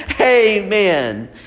Amen